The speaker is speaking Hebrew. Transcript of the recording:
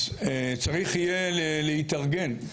צריך יהיה להתארגן.